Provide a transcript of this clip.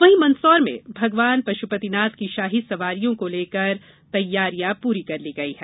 वहीं मंदसौर में भगवान पशुपतिनाथ की शाही सवारियों को लेकर तैयारियां पूरी कर ली गई हैं